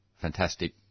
fantastic